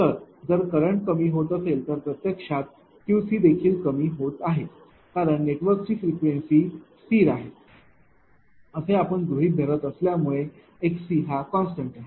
तर जर करंट कमी होत असेल तर प्रत्यक्षात Qc देखील कमी होत आहे कारण नेटवर्कची फ्रिक्वेन्सी स्थिर आहे असे आपण गृहीत धरत असल्यामुळे xcहा कॉन्स्टंट आहे